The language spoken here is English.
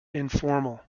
informal